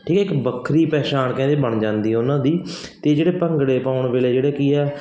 ਠੀਕ ਹੈ ਇੱਕ ਵੱਖਰੀ ਪਹਿਚਾਣ ਕਹਿੰਦੇ ਬਣ ਜਾਂਦੀ ਉਹਨਾਂ ਦੀ ਅਤੇ ਜਿਹੜੇ ਭੰਗੜੇ ਪਾਉਣ ਵੇਲੇ ਜਿਹੜੇ ਕੀ ਆ